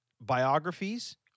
biographies